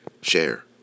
share